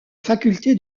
faculté